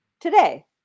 today